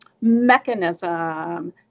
mechanism